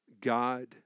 God